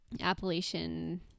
Appalachian